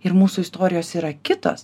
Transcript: ir mūsų istorijos yra kitos